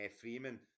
Freeman